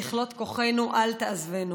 ככלות כוחנו אל תעזבנו.